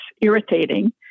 irritating